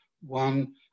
one